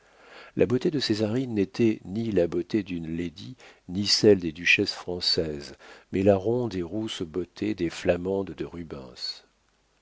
la beauté de césarine n'était ni la beauté d'une lady ni celle des duchesses françaises mais la ronde et rousse beauté des flamandes de rubens